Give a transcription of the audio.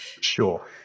Sure